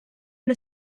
the